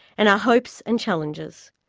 and our hopes and challenges.